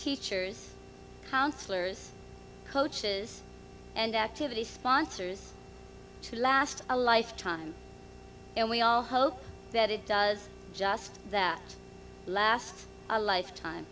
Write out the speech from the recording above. teachers counselors coaches and activities sponsors to last a lifetime and we all hope that it does just that last a lifetime